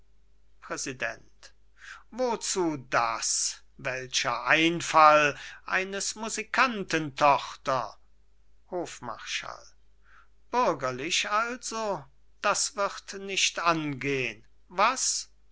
präsident wozu das welcher einfall eines musikanten tochter hofmarschall bürgerlich also das wird nicht angehen was